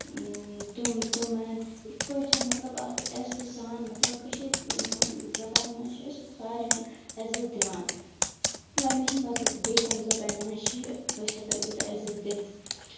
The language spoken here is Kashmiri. تِمن یِتھ پٲٹھۍ مطلب اکھ عزتہٕ سان مطلب کٔشیٖر زَبانہِ منٛز چھِ أسۍ ساروی ین عٮزت دِوان وۄنۍ مےٚ چھُ نہٕ باسان بیٚیہِ کُنہِ زبانہِ منٛز چھِ یہِ أسۍ ہٮ۪کان یوٗتاہ عٮ۪زت دِتھ